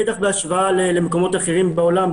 בטח בהשוואה למקומות אחרים בעולם,